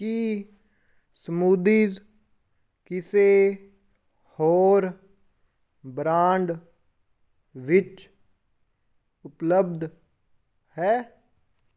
ਕੀ smoothies ਕਿਸੇ ਹੋਰ brand ਵਿੱਚ ਉਪਲੱਬਧ ਹੈ